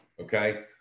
okay